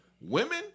Women